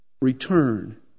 Return